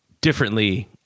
differently